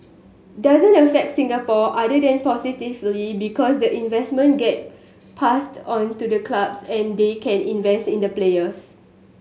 doesn't affect Singapore other than positively because the investment get passed on to the clubs and they can invest in the players